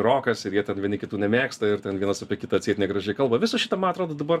rokas ir jie vieni kitų nemėgsta ir ten vienas apie kitą atseit negražiai kalba viso šito ma atrodo dabar